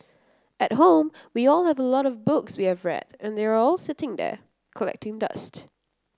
at home we all have a lot of books we have read and they are all sitting there collecting dust